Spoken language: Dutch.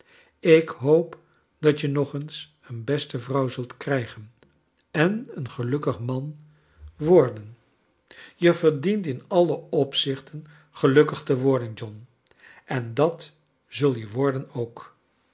ik hoop dat je nog eens een beste vrouw zult krijgen en een gelukkig man worden je verdient in alie opzichten gelukkig te worden john en dat zul je worden ook